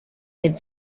with